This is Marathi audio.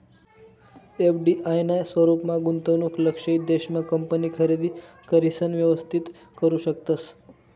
एफ.डी.आय ना स्वरूपमा गुंतवणूक लक्षयित देश मा कंपनी खरेदी करिसन व्यवस्थित करू शकतस